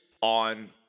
on